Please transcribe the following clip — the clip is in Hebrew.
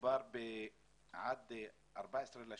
מדובר בעד 14.6,